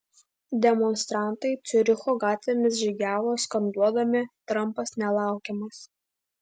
demonstrantai ciuricho gatvėmis žygiavo skanduodami trampas nelaukiamas